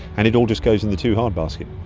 and it all just goes in the too-hard basket.